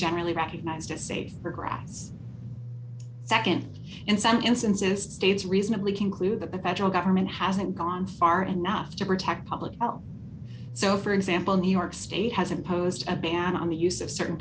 generally recognized as safer gratz second in some instances states reasonably conclude that the federal government hasn't gone far enough to protect public health so for example new york state has imposed a ban on the use of certain